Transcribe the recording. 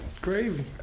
Gravy